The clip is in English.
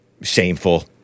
Shameful